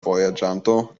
vojaĝanto